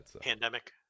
Pandemic